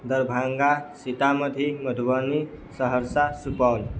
Darbhanga Sitamarhi Madhubani Saharsa Supaul